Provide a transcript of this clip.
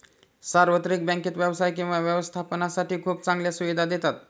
सार्वत्रिक बँकेत व्यवसाय किंवा व्यवस्थापनासाठी खूप चांगल्या सुविधा देतात